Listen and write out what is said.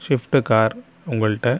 shift car உங்கள்கிட்ட